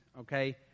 okay